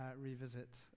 revisit